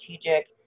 strategic